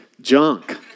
junk